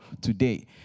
Today